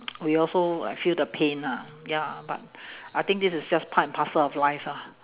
we also like feel the pain ah ya but I think this is just part and parcel of life lah